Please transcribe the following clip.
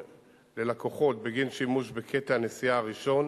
ללקוחות בגין שימוש בקטע הנסיעה הראשון,